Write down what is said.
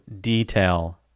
detail